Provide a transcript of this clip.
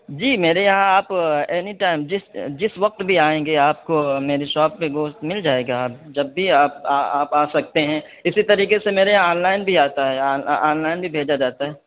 جی میرے یہاں آپ اینی ٹائم جس جس وقت بھی آئیں گے آپ کو میری ساپ پہ گوشت مل جائے گا آپ جب بھی آپ آپ آ سکتے ہیں اسی طریقے سے میرے یہاں آن لائن بھی آتا ہے آن لائن بھی بھیجا جاتا ہے